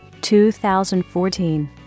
2014